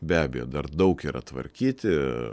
be abejo dar daug yra tvarkyti